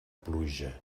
pluja